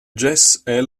jesse